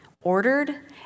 ordered